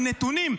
עם נתונים.